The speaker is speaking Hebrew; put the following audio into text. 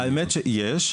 יש.